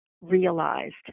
realized